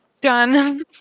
Done